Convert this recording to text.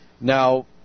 Now